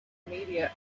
media